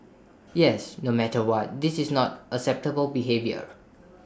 yes no matter what this is not acceptable behaviour